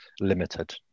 limited